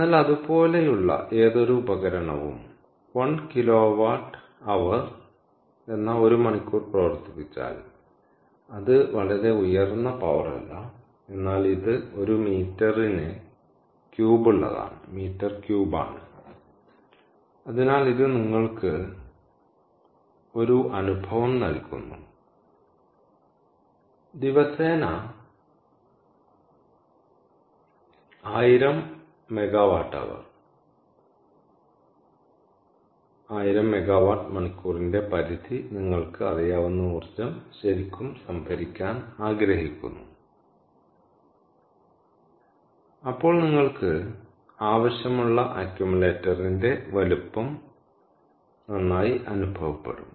എന്നാൽ അത് പോലെയുള്ള ഏതൊരു ഉപകരണവും 1kWH എന്ന 1 മണിക്കൂർ പ്രവർത്തിപ്പിച്ചാൽ അത് വളരെ ഉയർന്ന പവർ അല്ല എന്നാൽ ഇത് ഒരു മീറ്ററിന് ക്യൂബുള്ളതാണ് അതിനാൽ ഇത് നിങ്ങൾക്ക് ഒരു അനുഭവം നൽകുന്നു ദിവസേന 1000MWH 1000 മെഗാവാട്ട് മണിക്കൂറിന്റെ പരിധി നിങ്ങൾക്ക് അറിയാവുന്ന ഊർജ്ജം ശരിക്കും സംഭരിക്കാൻ ആഗ്രഹിക്കുന്നു അപ്പോൾ നിങ്ങൾക്ക് ആവശ്യമുള്ള അക്യുമുലേറ്ററിന്റെ വലുപ്പം നിങ്ങൾക്ക് നന്നായി അനുഭവപ്പെടും